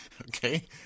Okay